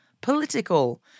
political